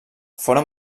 foren